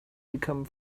become